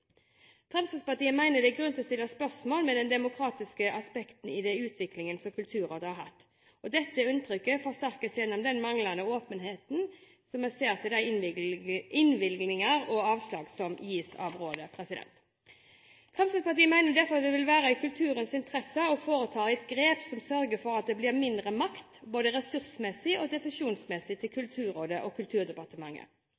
Fremskrittspartiet mener det er grunn til å stille spørsmål ved det demokratiske aspektet i den utviklingen Kulturrådet har hatt. Dette inntrykket forsterkes gjennom manglende åpenhet til de innvilgninger og avslag som gis av rådet. Fremskrittspartiet mener derfor det vil være i kulturens interesse å foreta grep som sørger for at det blir mindre makt, både ressursmessig og definisjonsmessig, til